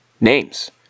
names